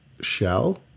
shell